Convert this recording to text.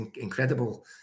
incredible